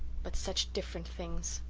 but such different things.